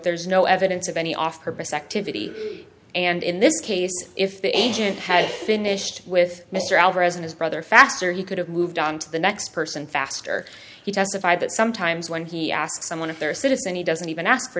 there's no evidence of any off purpose activity and in this case if the agent had finished with mr alvarez and his brother faster he could have moved on to the next person faster he testified that sometimes when he asked someone if they're a citizen and he doesn't even ask for